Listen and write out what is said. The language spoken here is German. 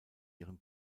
ihren